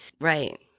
Right